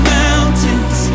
mountains